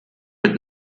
mit